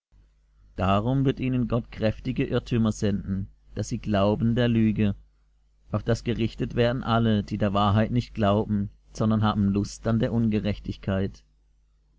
darum wird ihnen gott kräftige irrtümer senden daß sie glauben der lüge auf daß gerichtet werden alle die der wahrheit nicht glauben sondern haben lust an der ungerechtigkeit